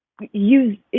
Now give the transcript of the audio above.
use